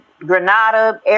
Granada